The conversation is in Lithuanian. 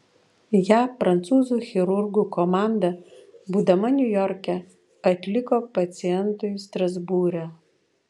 ją prancūzų chirurgų komanda būdama niujorke atliko pacientui strasbūre